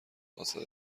فاصله